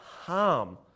harm